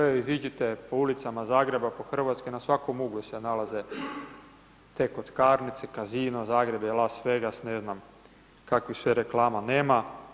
Evo iziđite po ulicama Zagreba, po Hrvatskoj na svakom uglu se nalaze te kockarnice, kasino Las Vegas i ne znam kakvih sve reklama nema.